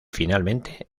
finalmente